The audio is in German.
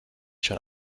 schon